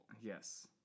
Yes